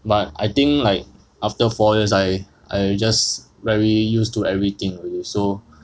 but I think like after four years I I just very used to everything alrea~ so